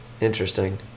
Interesting